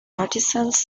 artisans